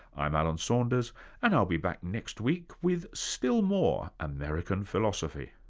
i'm alan saunders and i'll be back next week with still more american philosophy